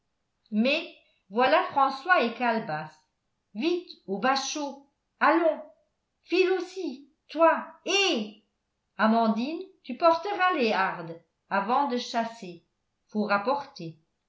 mais voilà françois et calebasse vite au bachot allons file aussi toi eh amandine tu porteras les hardes avant de chasser faut rapporter